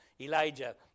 elijah